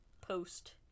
post